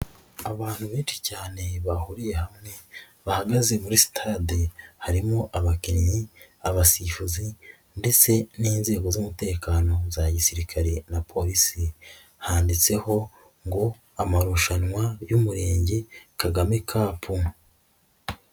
Abantu benshi cyane, bahuriye hamwe, bahagaze muri sitade, harimo abakinnyi, abasifuzi ndetse n'inzego z'umutekano za gisirikare na polisi. Handitseho ngo amarushanwa y'Umurenge Kagame kapu.